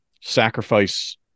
sacrifice